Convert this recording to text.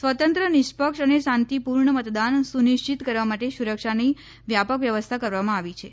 સ્વતંત્ર નિષ્પક્ષ અને શાંતીપુર્ણ મતદાન સુનિશ્ચિત કરવા માટે સુરક્ષાની વ્યાપક વ્યવસ્થા કરવામાં આવી છે